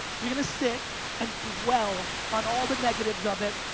you're gonna sit and dwell on all the negatives of it,